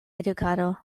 edukado